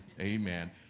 Amen